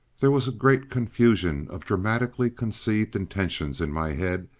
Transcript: there was a great confusion of dramatically conceived intentions in my head,